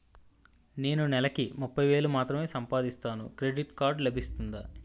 నేను నెల కి ముప్పై వేలు మాత్రమే సంపాదిస్తాను క్రెడిట్ కార్డ్ లభిస్తుందా?